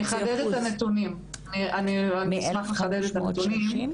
אני אחדד את הנתונים, אני אשמח לחדד את הנתונים.